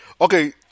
Okay